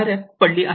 ्यात पडली आहे